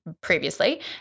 previously